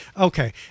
okay